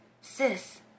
Sis